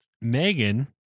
Megan